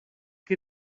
que